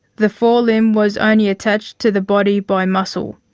the forelimb was only attached to the body by muscle.